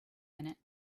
minute